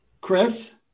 chris